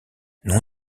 nom